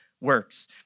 works